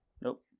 Nope